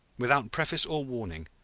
without preface or warning,